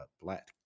black